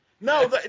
No